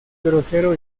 grosero